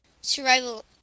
Survival